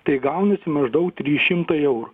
tai gaunasi maždaug trys šimtai eurų